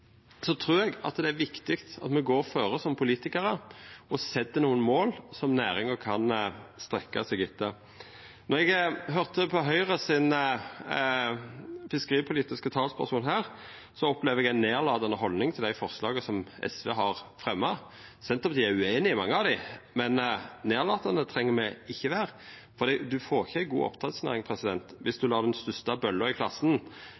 er viktig at me går føre som politikarar og set nokre mål som næringa kan strekkja seg etter. Då eg høyrde på Høgres fiskeripolitiske talsperson her, opplevde eg ei nedlatande haldning til dei forslaga som SV har fremja. Senterpartiet er ueinig i mange av dei, men nedlatande treng me ikkje vera, for ein får ikkje ei god oppdrettsnæring viss ein lar den største bølla i klassen